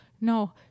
No